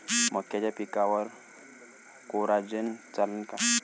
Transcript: मक्याच्या पिकावर कोराजेन चालन का?